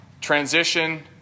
transition